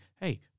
hey